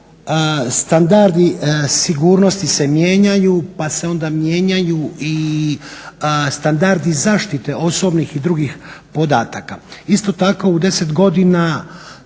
standardi sigurnosti se mijenjaju pa se onda mijenjaju i standardi zaštite osobnih i drugih podataka. Isto tako u 10 godina